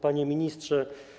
Panie Ministrze!